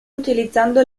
utilizzando